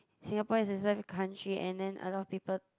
Singapore is a country and then a lot of people